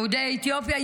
יהודי אתיופיה,